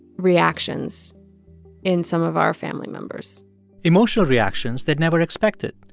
reactions in some of our family members emotional reactions they'd never expected.